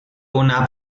una